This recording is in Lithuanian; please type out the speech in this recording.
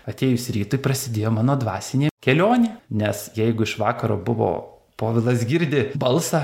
atėjus rytui prasidėjo mano dvasinė kelionė nes jeigu iš vakaro buvo povilas girdi balsą